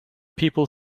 people